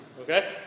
Okay